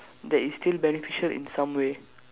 that is still beneficial in some way